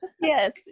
Yes